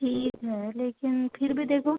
ठीक है लेकिन फिर भी देखो